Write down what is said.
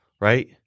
right